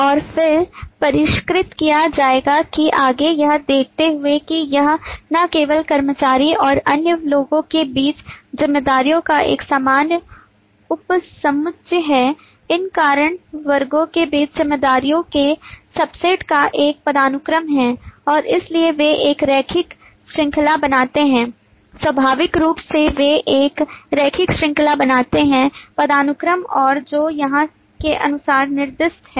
और फिर परिष्कृत किया जाएगा कि आगे यह देखते हुए कि यह न केवल कर्मचारी और अन्य लोगों के बीच जिम्मेदारियों का एक सामान्य उपसमुच्चय है इन चार वर्गों के बीच जिम्मेदारियों के सबसेट का एक पदानुक्रम है और इसलिए वे एक रैखिक श्रृंखला बनाते हैं स्वाभाविक रूप से वे एक रैखिक श्रृंखला बनाते हैं पदानुक्रम और जो यहाँ के अनुसार निर्दिष्ट है